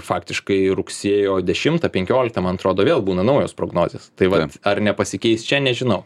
faktiškai rugsėjo dešimtą penkioliktą man atrodo vėl būna naujos prognozės tai vat ar nepasikeis čia nežinau